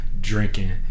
Drinking